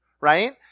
right